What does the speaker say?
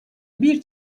bir